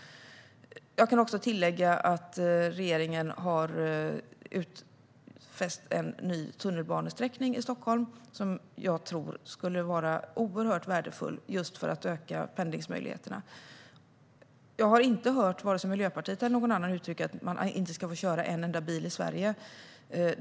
Jag kan tillägga att regeringen har utfäst en ny tunnelbanesträckning i Stockholm som jag tror skulle vara oerhört värdefull just för att öka pendlingsmöjligheterna. Jag har inte hört vare sig Miljöpartiet eller någon annan uttrycka att man inte ska få köra en enda bil i Sverige.